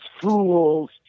fools